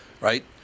Right